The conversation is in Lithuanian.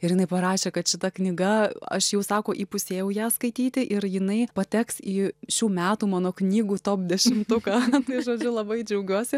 ir jinai parašė kad šita knyga aš jau sako įpusėjau ją skaityti ir jinai pateks į šių metų mano knygų top dešimtuką tai žodžiu labai džiaugiuosi